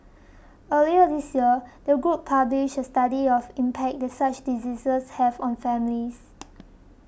earlier this year the group published a study of impact that such diseases have on families